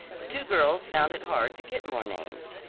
the two girls found it hard to get more names.